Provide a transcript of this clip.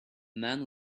man